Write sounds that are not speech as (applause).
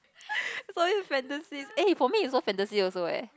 (laughs) it's always fantasies eh for me isalso fantasies also eh